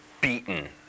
beaten